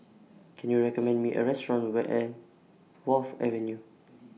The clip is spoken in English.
Can YOU recommend Me A Restaurant Where An Wharf Avenue